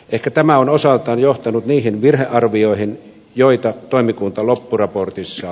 ehkä tämä on osaltaan johtanut niihin virhearvioihin joita toimikunta loppuraportissa